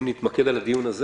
אם נתמקד בדיון הזה